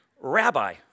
Rabbi